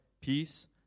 peace